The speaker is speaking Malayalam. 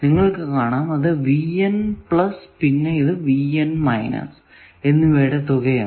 നിങ്ങൾക്ക് കാണാം അത് പിന്നെ എന്നിവയുടെ തുകയാണ്